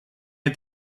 het